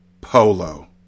Polo